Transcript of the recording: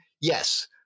yes